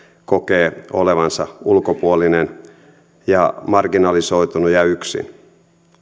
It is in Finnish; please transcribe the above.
kokee olevansa ulkopuolinen marginalisoitunut ja yksin